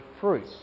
fruit